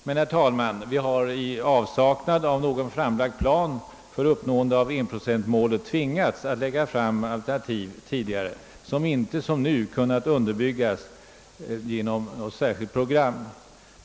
Men, herr talman, i avsaknad av någon framlagd plan för uppnående av enprocentsmålet har vi tvingats att lägga fram alternativ som inte kunnat underbyggas genom något särskilt program.